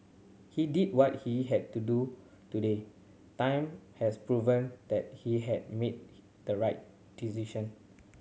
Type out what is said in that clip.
he did what he had to do today time has proven that he had made the right decision